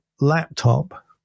laptop